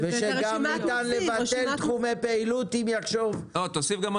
וגם שניתן לבטל תחומי פעילות אם יחשוב השר --- תוסיף: